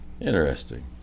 Interesting